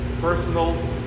personal